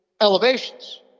elevations